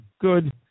good